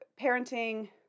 parenting